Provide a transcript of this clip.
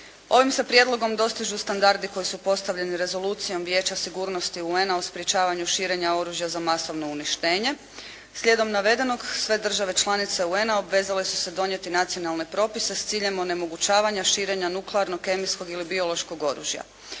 Ovim se prijedlogom dostižu standardi koji su postavljeni rezolucijom Vijeća sigurnosti UN-a o sprječavanju širenja oružja za masovno uništenje. Slijedom navedenog, sve države članice UN-a obvezale su se donijeti nacionalne propise s ciljem onemogućavanja širenja nuklearnog, kemijskog ili biološkog oružja.